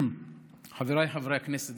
חבריי חברי הכנסת,